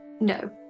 No